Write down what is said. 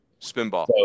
Spinball